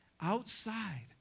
outside